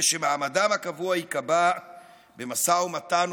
ושמעמדם הקבוע ייקבע במשא ומתן